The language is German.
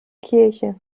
kirche